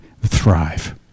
thrive